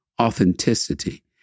authenticity